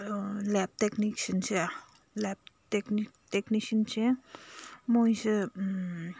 ꯂꯦꯞ ꯇꯦꯛꯅꯤꯛꯁꯤꯌꯟꯁꯦ ꯂꯦꯞ ꯇꯦꯛꯅꯤꯛꯁꯤꯌꯟꯁꯦ ꯃꯣꯏꯁꯦ